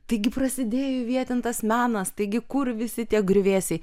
taigi prasidėjo įvietintas menas taigi kur visi tie griuvėsiai